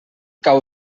cau